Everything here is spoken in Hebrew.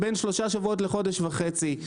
בין שלושה שבועות לחודש וחצי.